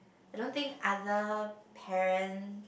I don't think other parent